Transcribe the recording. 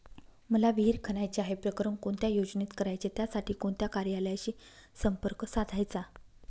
मला विहिर खणायची आहे, प्रकरण कोणत्या योजनेत करायचे त्यासाठी कोणत्या कार्यालयाशी संपर्क साधायचा?